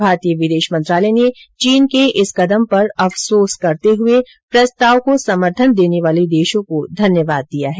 भारतीय विदेश मंत्रालय ने चीन के इस कदम पर अफसोंस करते हुए प्रस्ताव को समर्थन देने वाले देशों को धन्यवाद दिया है